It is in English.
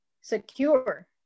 secure